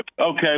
Okay